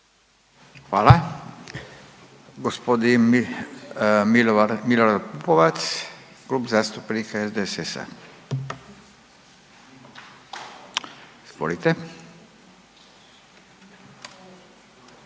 Hvala. Gospodin Milorad Pupovac, Klub zastupnika SDSS-a, izvolite.